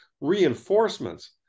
reinforcements